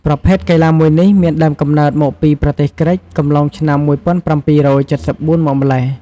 ប្រភេទកីឡាមួយនេះ មានដើមកំណើតមកពីប្រទេសក្រិក អំឡុងឆ្នាំ១៧៧៤ មកម្ល៉េះ។